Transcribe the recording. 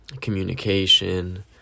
communication